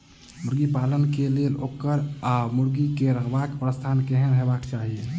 मुर्गी पालन केँ लेल ओकर वा मुर्गी केँ रहबाक स्थान केहन हेबाक चाहि?